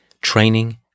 training